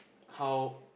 how